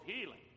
healing